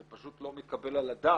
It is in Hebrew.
זה פשוט לא מתקבל על הדעת.